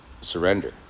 surrender